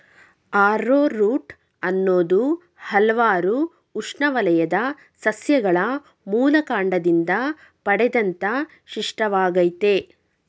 arrowroot ಅನ್ನೋದು ಹಲ್ವಾರು ಉಷ್ಣವಲಯದ ಸಸ್ಯಗಳ ಮೂಲಕಾಂಡದಿಂದ ಪಡೆದಂತ ಪಿಷ್ಟವಾಗಯ್ತೆ